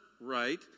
right